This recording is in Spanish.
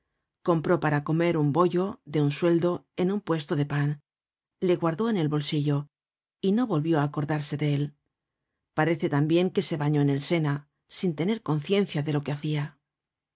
compró para comer un bollo de un sueldo en un puesto de pan le guardó en el bolsillo y no volvió á acordarse de él parece tambien que se bañó en el sena sin tener conciencia de lo que hacia